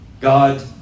God